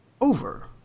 over